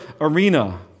arena